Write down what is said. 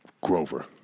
Grover